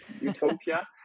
utopia